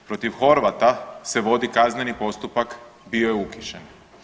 Protiv Horvata se vodi kazneni postupak bio je uhićen.